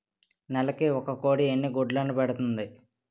నెలకి ఒక కోడి ఎన్ని గుడ్లను పెడుతుంది?